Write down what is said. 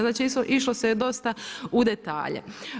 Znači išlo se dosta u detalje.